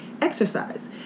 exercise